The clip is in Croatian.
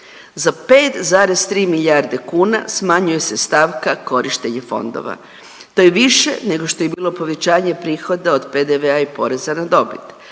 Za 5,3 milijarde kuna smanjuje se stavka korištenje fondova. To je više nego što je bilo povećanje prihoda od PDV-a i poreza na dobit.